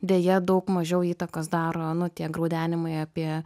deja daug mažiau įtakos daro nu tie graudenimai apie